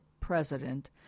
president